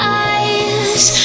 eyes